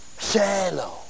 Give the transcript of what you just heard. shallow